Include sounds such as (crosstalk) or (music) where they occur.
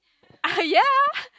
ah ya (laughs)